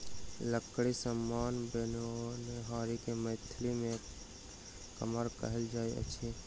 लकड़ीक समान बनओनिहार के मिथिला मे कमार कहल जाइत अछि